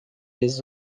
les